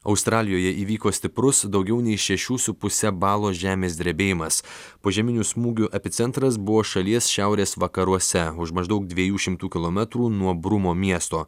australijoje įvyko stiprus daugiau nei šešių su puse balo žemės drebėjimas požeminių smūgių epicentras buvo šalies šiaurės vakaruose už maždaug dviejų šimtų kilometrų nuo brumo miesto